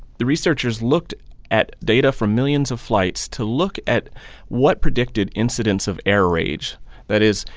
the researchers looked at data from millions of flights to look at what predicted incidents of air rage that is,